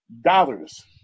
dollars